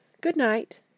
Good-night